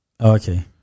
okay